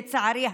לצערי הרב,